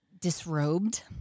disrobed